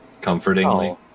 comfortingly